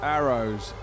Arrows